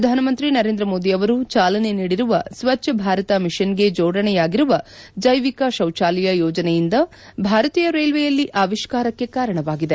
ಪ್ರಧಾನ ಮಂತ್ರಿ ನರೇಂದ್ರ ಮೋದಿ ಅವರು ಜಾಲನೆ ನೀಡಿರುವ ಸ್ವಜ್ಞ ಭಾರತ ಮಿಷನ್ಗೆ ಜೋಡಣೆಯಾಗಿರುವ ಜೈವಿಕ ಶೌಚಾಲಯ ಯೋಜನೆಯಿಂದ ಭಾರತೀಯ ರೈಲ್ವೆಯಲ್ಲಿ ಆವಿಷ್ಕಾರಕ್ಕೆ ಕಾರಣವಾಗಿದೆ